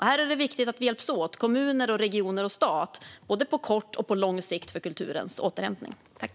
Här är det viktigt att vi hjälps åt, kommuner och regioner och stat, för kulturens återhämtning på både kort och lång sikt.